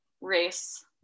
race